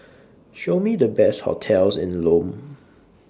Show Me The Best hotels in Lome